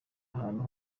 ahantu